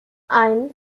eins